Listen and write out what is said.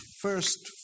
first